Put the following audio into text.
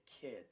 kid